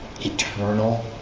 Eternal